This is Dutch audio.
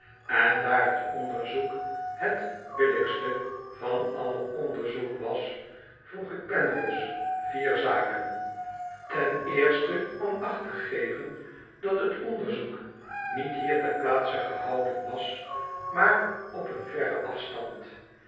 en daar t onderzoek het billijkste van alle onderzoek was vroeg ik pangloss vier zaken ten eerste om acht te geven dat t onderzoek niet hier ter plaatse gehouden was maar op een verren afstand